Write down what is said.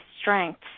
strengths